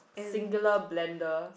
singular blenders